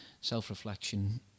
self-reflection